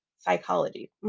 Psychology